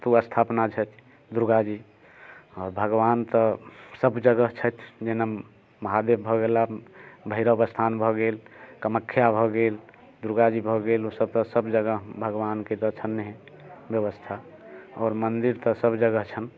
ओतहु स्थापना छै दुर्गाजी आओर भगवान तऽ सभ जगह छथि महादेव भऽ गेला भैरव स्थान भऽ गेल कामख्या भऽ गेल दुर्गाजी भऽ गेल ओ सभ तऽ सभ जगह भगवानके दर्शन व्यवस्था आओर मन्दिर तऽ सभ जगह छनि